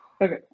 Okay